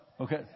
Okay